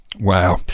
Wow